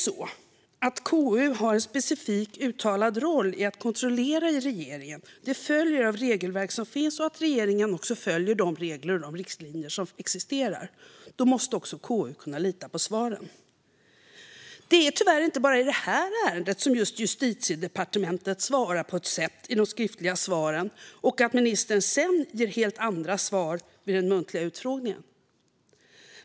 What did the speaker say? Eftersom KU har en specifik och uttalad roll, att kontrollera att regeringen följer de regler och riktlinjer som finns, måste KU kunna lita på regeringens svar. Det är tyvärr inte bara i det här ärendet som Justitiedepartementet svarar på ett sätt i de skriftliga svaren och ministern på ett annat sätt i den muntliga utfrågningen.